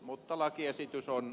mutta lakiesitys on